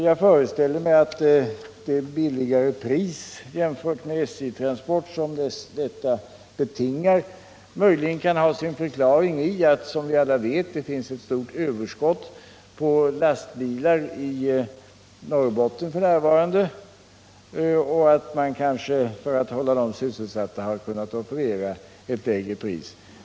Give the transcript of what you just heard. Jag föreställer mig att det lägre pris jämfört med SJ-transport som detta transportsätt betingar möjligen kan ha sin förklaring i att det, som vi alla vet, finns ett stort överskott av lastbilar i Norrbotten f.n. För att hålla dem sysselsatta har man kanske offererat ett lägre pris.